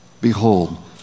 behold